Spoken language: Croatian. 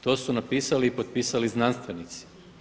To su napisali i potpisali znanstvenici.